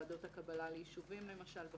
את ועדות הקבלה ליישובים וכולי.